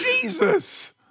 jesus